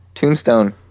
Tombstone